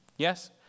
Yes